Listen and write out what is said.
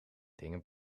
dingen